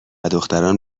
دختران